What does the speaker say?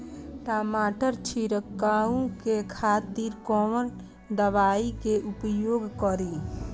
टमाटर छीरकाउ के खातिर कोन दवाई के उपयोग करी?